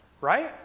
right